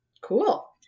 Cool